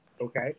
Okay